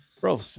bro